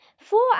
Four